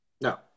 No